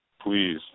Please